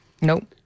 Nope